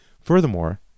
furthermore